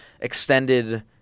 extended